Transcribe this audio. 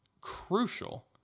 crucial